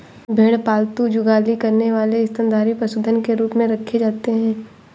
भेड़ पालतू जुगाली करने वाले स्तनधारी पशुधन के रूप में रखे जाते हैं